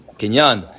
kenyan